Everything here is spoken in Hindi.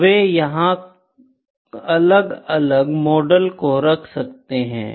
तो वे यहाँ अलग अलग मॉडल को रख सकते हैं